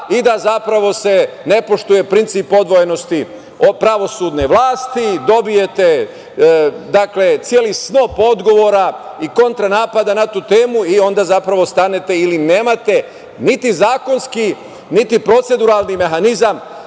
i da, zapravo, se ne poštuje princip odvojenosti. Od pravosudne vlasti dobijete celi snop odgovora i kontranapada na tu temu i onda, zapravo, stanete ili nemate niti zakonski, niti proceduralni mehanizam